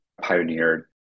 pioneered